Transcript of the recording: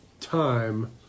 time